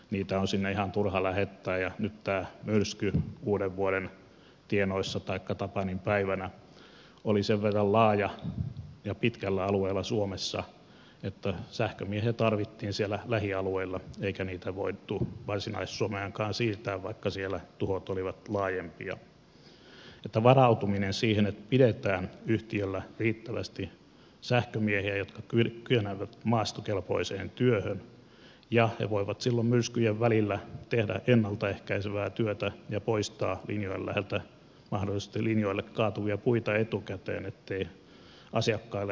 heitä on sinne ihan turha lähettää ja myrsky tapaninpäivänä oli sen verran laaja ja pitkällä alueella suomessa että sähkömiehiä tarvittiin siellä lähialueilla eikä heitä voitu varsinais suomeenkaan siirtää vaikka siellä tuhot olivat laajempia mutta tärkeää on varautuminen siihen että pidetään yhtiöllä riittävästi sähkömiehiä jotka kykenevät maastokelpoiseen työhön ja voivat myrskyjen välillä tehdä ennalta ehkäisevää työtä ja poistaa linjojen läheltä mahdollisesti linjoille kaatuvia puita etukäteen ettei asiakkaille aiheudu vahinkoja